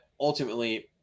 ultimately